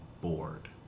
bored